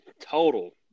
total